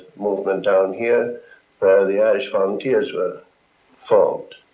movement down here where the irish volunteers were formed.